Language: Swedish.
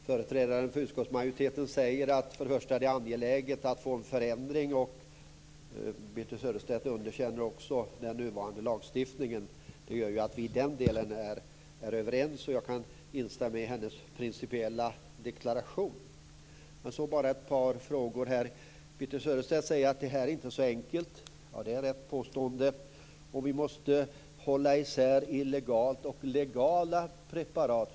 Fru talman! Jag tar fasta på att företrädaren för utskottsmajoriteten säger att det är angeläget att få en förändring. Birthe Sörestedt underkänner också den nuvarande lagstiftningen. Det gör att vi är överens i den delen. Jag kan instämma i hennes principiella deklaration. Men sedan har jag ett par frågor. Birthe Sörestedt säger att detta inte är så enkelt. Det är ett riktigt påstående. Vidare säger hon att vi måste hålla isär illegala och legala preparat.